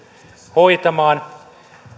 hoitamaan